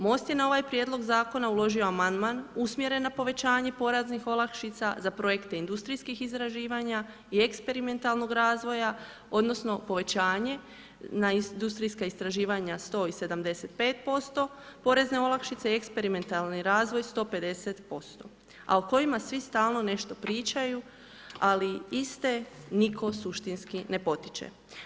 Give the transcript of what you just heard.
MOST je na ovaj prijedlog zakona uložio amandman usmjeren na povećanje poreznih olakšica za projekte industrijskih izraživanja i eksperimentalnog razvoja, odnosno povećanje na industrijska istraživanja 175% porezne olakšice i eksperimentalni razvoj 150%, a o kojima svi stalno nešto pričaju, ali iste nitko suštinski ne potiče.